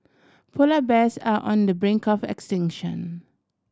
polar bears are on the brink of extinction